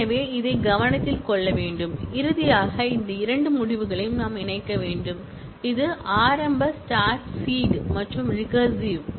எனவே அதைக் கவனத்தில் கொள்ள வேண்டும் இறுதியாக இந்த இரண்டு முடிவுகளையும் நாம் இணைக்க வேண்டும் இது ஆரம்ப ஸ்டார்ட் ஸீட் மற்றும் ரிகரசிவ்